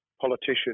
politician